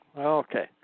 Okay